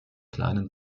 kleinen